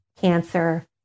cancer